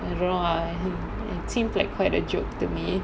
I don't know lah it seems like quite a joke to me